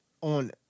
on